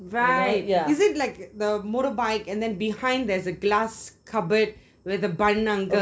right is it like the motorbike and behind there is a glass cupboard with the bun uncle